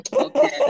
Okay